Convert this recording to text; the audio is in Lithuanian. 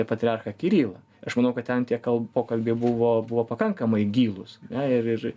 patriarchą kirilą aš manau kad ten tiek kal pokalbiai buvo buvo pakankamai gilūs ar ne ir ir